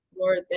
lord